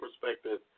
perspective